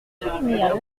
soutenir